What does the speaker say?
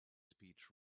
speech